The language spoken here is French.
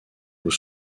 aux